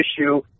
issue